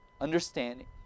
understanding